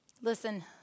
Listen